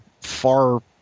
far